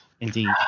indeed